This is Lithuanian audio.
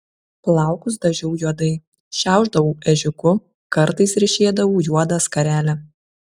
plaukus dažiau juodai šiaušdavau ežiuku kartais ryšėdavau juodą skarelę